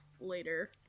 later